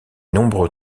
nombreux